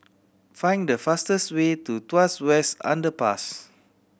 find the fastest way to Tuas West Underpass